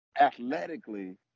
athletically